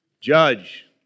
Judge